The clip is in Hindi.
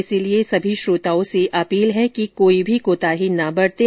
इसलिए सभी श्रोताओं से अपील है कि कोई भी कोताही न बरतें